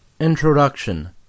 Introduction